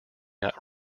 not